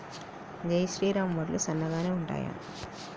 జై శ్రీరామ్ వడ్లు సన్నగనె ఉంటయా?